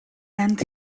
and